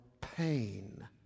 pain